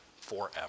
forever